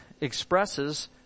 expresses